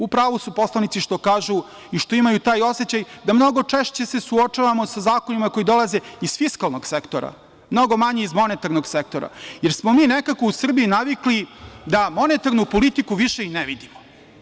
U pravu su poslanici što kažu i što imaju taj osećaj da mnogo češće se suočavamo sa zakonima koji dolaze iz fiskalnog sektora, mnogo manje iz monetarnog sektora, jer smo mi nekako, u Srbiji navikli da monetarnu politiku više i ne vidimo.